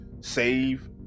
save